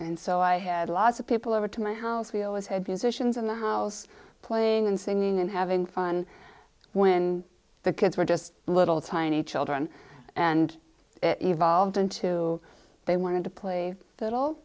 and so i had lots of people over to my house we always had views asians in the house playing and singing and having fun when the kids were just little tiny children and it evolved into they wanted to play